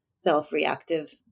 self-reactive